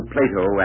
Plato